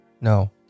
no